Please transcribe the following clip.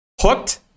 Hooked